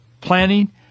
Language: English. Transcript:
planning